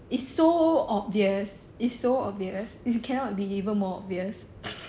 it's so obvious it's so obvious it cannot be even more obvious